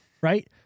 Right